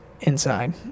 inside